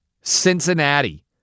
Cincinnati